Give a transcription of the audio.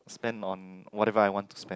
spend on whatever I want to spend